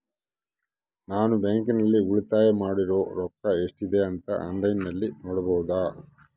ನಾನು ಬ್ಯಾಂಕಿನಲ್ಲಿ ಉಳಿತಾಯ ಮಾಡಿರೋ ರೊಕ್ಕ ಎಷ್ಟಿದೆ ಅಂತಾ ಆನ್ಲೈನಿನಲ್ಲಿ ನೋಡಬಹುದಾ?